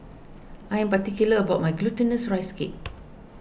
I am particular about my Glutinous Rice Cake